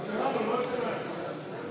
בבקשה.